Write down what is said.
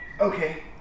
Okay